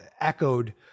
echoed